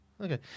Okay